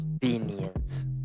convenience